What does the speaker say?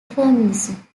feminism